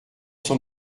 son